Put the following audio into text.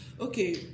Okay